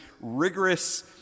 rigorous